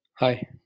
Hi